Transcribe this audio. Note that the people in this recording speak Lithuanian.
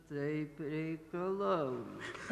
taip reikalauji